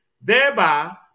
Thereby